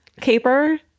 caper